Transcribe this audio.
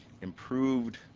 improved